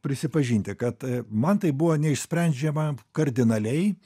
prisipažinti kad a man tai buvo neišsprendžiama kardinaliai